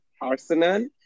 Arsenal